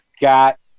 Got